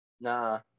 Nah